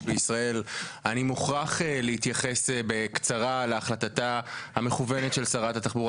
בישראל אני מוכרח להתייחס בקצרה להחלטתה המכוונת של שרת התחבורה